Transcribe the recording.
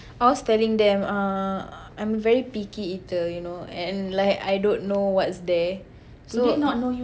I was telling them uh I'm a very picky eater you know and like I don't know what's there so